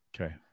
Okay